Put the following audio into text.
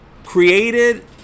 Created